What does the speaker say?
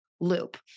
loop